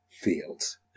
fields